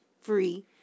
free